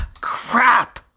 crap